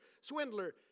swindler